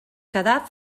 quedà